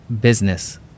Business